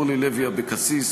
אורלי לוי אבקסיס,